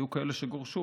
היו כאלה שגורשו,